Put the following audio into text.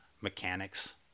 mechanics